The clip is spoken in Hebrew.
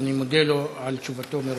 ואני מודה לו על תשובתו מראש.